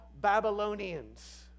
Babylonians